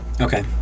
Okay